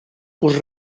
pues